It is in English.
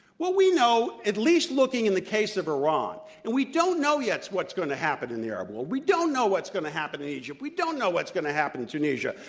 we know, at least looking in the case of iran and we don't know yet what's going to happen in the arab world. we don't know what's going to happen in egypt. we don't know what's going to happen in tunisia.